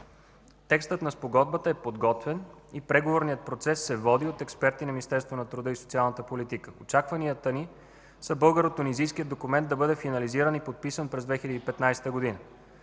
Текстът на Спогодбата е подготвен и преговорният процес се води от експерти на Министерството на труда и социалната политика. Очакванията ни са българо-тунизийския документ да бъде финализиран и подписан през 2015 г.